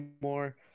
more